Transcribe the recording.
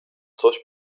coś